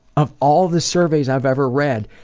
of all the surveys i've ever read,